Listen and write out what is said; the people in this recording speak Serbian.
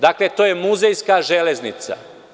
Dakle, to je muzejska železnica.